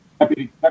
happy